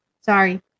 sorry